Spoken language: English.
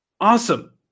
Awesome